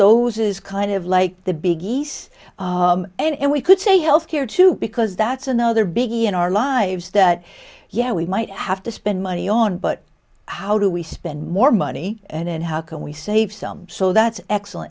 those is kind of like the big east and we could say health care too because that's another big in our lives that yeah we might have to spend money on but how do we spend more money and how can we save some so that's excellent